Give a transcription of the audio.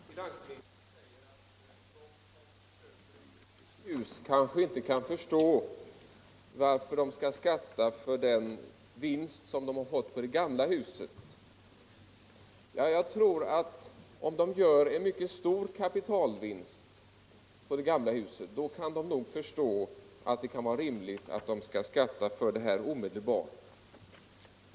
Herr talman! Finansministern säger att de som köper ett nytt hus kanske inte kan förstå varför de skall skatta för den vinst som de har fått på det gamla huset. Jag tror att de, som gör en stor kapitalvinst på det gamla huset, nog kan förstå att det kan vara rimligt att de omedelbart skall skatta för den.